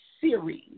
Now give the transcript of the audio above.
series